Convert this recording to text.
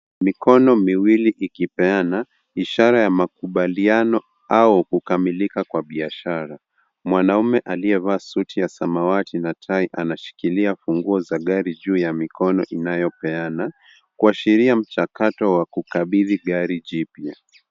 Mikono miwili ikipeana ishara ya makubaliano au kukamilika kwa biashara. Mwanaume aliyevaa suti ya samawati na tai anashikilia funguo za gari juu ya mikono inayopeana, kuashiria mchakato wa kukabidhi gari jipya.